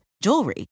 jewelry